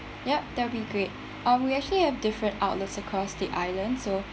ya that would be great um we actually have different outlets across the island so